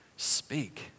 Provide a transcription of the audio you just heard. Speak